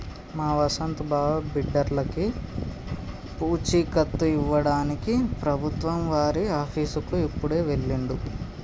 మా వసంత్ బావ బిడ్డర్లకి పూచీకత్తు ఇవ్వడానికి ప్రభుత్వం వారి ఆఫీసుకి ఇప్పుడే వెళ్ళిండు